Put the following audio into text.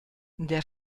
der